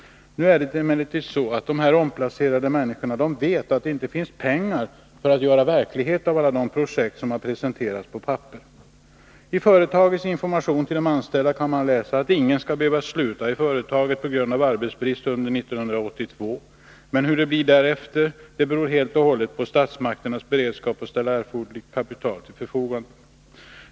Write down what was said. Nu är det emellertid så att dessa omplacerade människor vet att det inte finns pengar för att göra verklighet av alla de projekt som har presenterats på papper. I företagets information till de anställda kan man läsa att ingen skall behöva sluta i företaget på grund av arbetsbrist under 1982. Men hur det blir därefter beror helt och hållet på statsmakternas beredskap att ställa erforderligt kapital till förfogande.